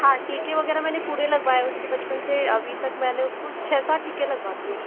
हाँ टीके वगैरह मैंने पूरे लगवाए उसके बचपन से अभी तक मैंने उसको छः सात टीके लगवा दिये